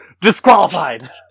disqualified